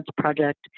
Project